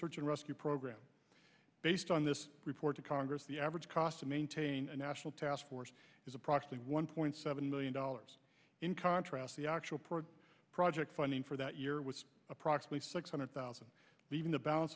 search and rescue program based on this report to congress the average cost to maintain a national task force is a proxy one point seven million dollars in contrast the actual pro project funding for that year was approximately six hundred thousand leaving the balance